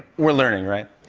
we're learning, right?